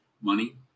money